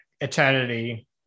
eternity